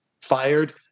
fired